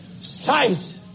Sight